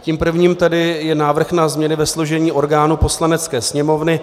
Tím prvním je návrh na změny ve složení orgánů Poslanecké sněmovny.